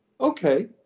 Okay